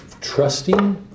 trusting